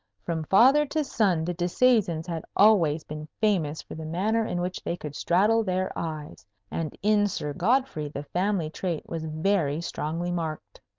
from father to son, the disseisins had always been famous for the manner in which they could straddle their eyes and in sir godfrey the family trait was very strongly marked.